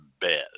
bed